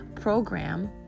program